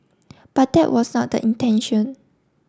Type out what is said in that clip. but that was not the intention